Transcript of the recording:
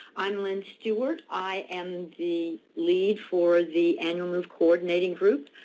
i'm lynn stewart. i am the lead for the annual move coordinating group,